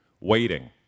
waiting